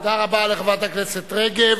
תודה רבה לחברת הכנסת רגב.